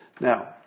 Now